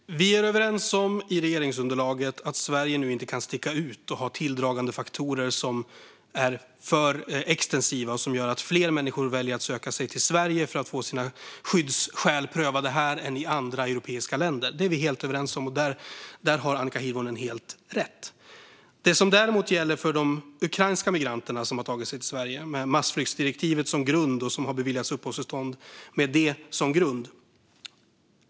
Herr talman! Vi är överens i regeringsunderlaget om att Sverige inte kan sticka ut och ha tilldragande faktorer som är för extensiva och som gör att fler människor väljer att söka sig till Sverige än till andra europeiska länder för att få sina skyddsskäl prövade. Detta är vi helt överens om, och där har Annika Hirvonen helt rätt. Sedan har vi de ukrainska migranter som har tagit sig till Sverige och beviljats uppehållstillstånd med massflyktsdirektivet som grund.